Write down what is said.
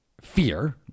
fear